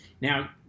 now